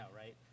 right